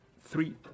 three